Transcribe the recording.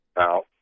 out